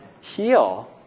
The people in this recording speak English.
heal